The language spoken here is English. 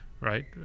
right